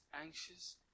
anxious